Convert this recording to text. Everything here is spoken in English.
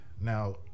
Now